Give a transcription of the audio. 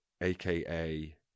aka